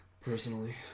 Personally